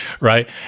right